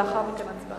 לאחר מכן, הצבעה.